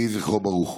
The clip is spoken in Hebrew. יהי זכרו ברוך.